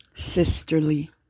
Sisterly